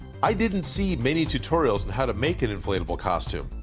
i didn't see many tutorials and how to make an inflatable costume.